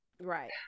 Right